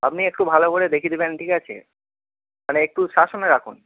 আপনি একটু ভালো করে দেখিয়ে দেবেন ঠিক আছে মানে একটু শাসনে রাখুন